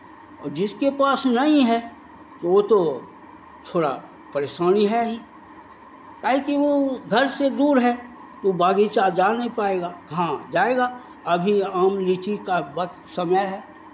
और जिसके पास नहीं है वो तो थोड़ा परेशानी है ही काहे कि वो घर से दूर है वो बगीचा जा नहीं पाएगा हाँ जाएगा अभी आम लीची का समय है